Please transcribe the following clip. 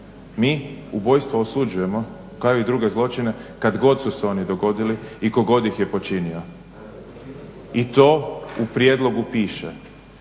Mi ubojstvo osuđujemo kao i druge zločine kad god su se oni dogodili i tko god ih je počinio i to u prijedlogu piše